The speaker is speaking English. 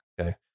okay